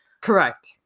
Correct